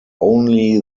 only